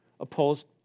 Opposed